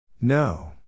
No